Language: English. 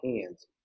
hands